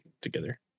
together